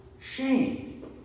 shame